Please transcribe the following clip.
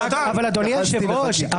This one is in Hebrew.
אדוני היושב-ראש,